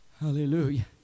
Hallelujah